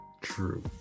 True